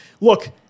Look